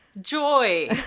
Joy